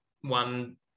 one